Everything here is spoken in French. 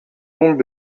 donc